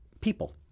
people